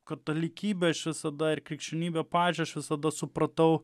katalikybę aš visada ir krikščionybę pavyzdžiui aš visada supratau